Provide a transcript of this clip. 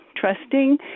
trusting